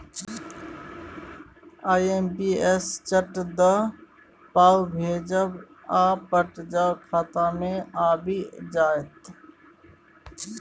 IMPS सँ चट दअ पाय भेजब आ पट दअ खाता मे आबि जाएत